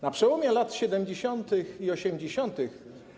Na przełomie lat 70. i 80.